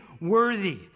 worthy